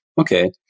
Okay